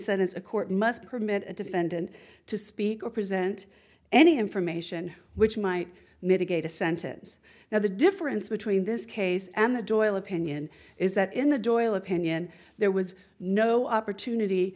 it's a court must permit a defendant to speak or present any information which might mitigate a sentence now the difference between this case and the joy opinion is that in the joy opinion there was no opportunity